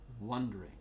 wondering